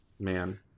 man